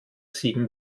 sieben